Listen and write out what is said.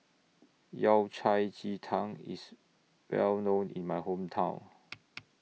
Yao Cai Ji Tang IS Well known in My Hometown